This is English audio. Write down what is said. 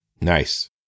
Nice